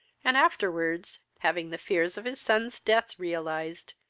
and afterwards, having the fears of his son's death realized,